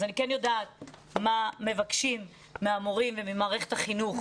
אז אני כן יודעת מה מבקשים מהמורים וממערכת החינוך